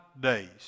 days